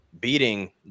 beating